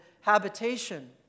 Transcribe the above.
habitation